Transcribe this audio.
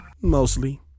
mostly